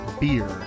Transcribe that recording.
beer